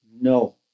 no